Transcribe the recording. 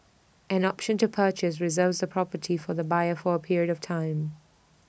an option to purchase reserves the property for the buyer for A period of time